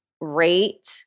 rate